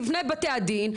לפני בתי הדין,